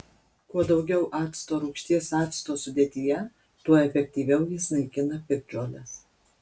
kuo daugiau acto rūgšties acto sudėtyje tuo efektyviau jis naikina piktžoles